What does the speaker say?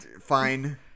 fine